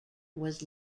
was